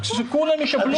שכולם יקבלו.